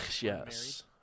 Yes